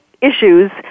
issues